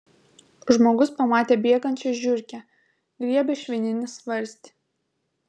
žmogus pamatė bėgančią žiurkę griebia švininį svarstį